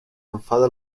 enfada